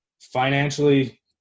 financially